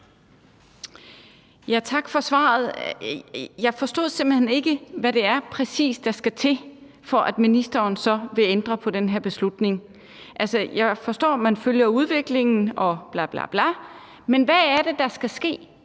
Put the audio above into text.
Tak for svaret. Jeg forstod simpelt hen ikke, hvad det er, der præcist skal til, for at ministeren så vil ændre den her beslutning. Altså, jeg forstår, man følger udviklingen og blablabla, men hvad er det, der skal ske,